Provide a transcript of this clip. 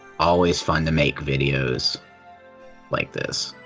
always fun to make videos like this.